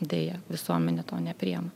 deja visuomenė to nepriima